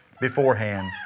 beforehand